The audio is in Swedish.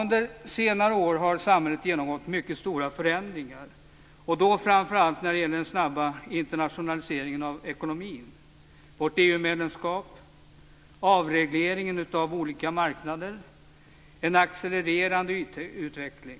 Under senare år har samhället genomgått mycket stora förändringar och framför allt när det gäller den snabba internationaliseringen av ekonomin, vårt EU-medlemskap, avregleringen av olika marknader och en accelererande IT-utveckling.